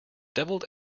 devilled